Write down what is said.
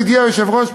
ידידי היושב-ראש,